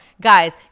guys